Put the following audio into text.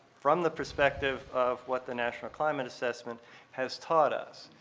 from the perspective of what the national climate assessment has taught us?